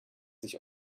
sich